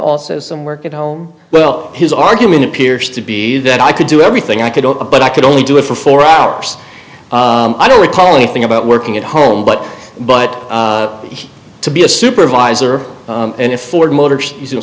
also some work at home well his argument appears to be that i could do everything i could own but i could only do it for four hours i don't recall anything about working at home but but to be a supervisor in a ford motors is